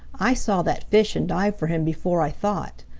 i saw that fish and dived for him before i thought.